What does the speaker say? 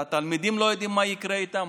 התלמידים לא יודעים מה יקרה איתם,